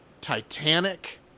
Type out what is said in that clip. Titanic